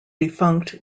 defunct